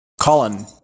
Colin